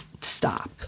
stop